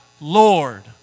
Lord